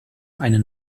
eine